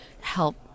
help